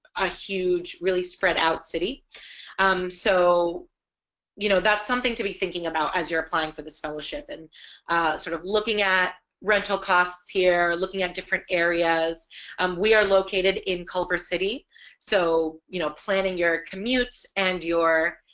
a huge really spread out city um so you know that's something to be thinking about as you're applying for this fellowship and sort of looking at rental costs here looking at different areas um we are located in culver city so you know planning your commutes and your